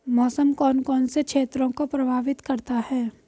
मौसम कौन कौन से क्षेत्रों को प्रभावित करता है?